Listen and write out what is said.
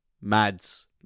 Mads